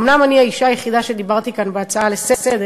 אומנם אני האישה היחידה שדיברה כאן בהצעות לסדר-היום,